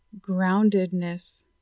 groundedness